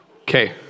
Okay